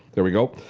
there we go.